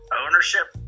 ownership